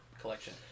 collection